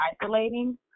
isolating